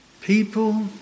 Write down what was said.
People